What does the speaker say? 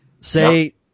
Say